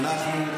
אנחנו,